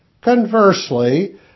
Conversely